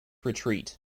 retreat